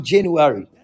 January